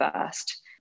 first